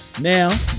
Now